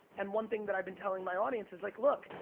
and one thing that i've been telling my audience, is like look,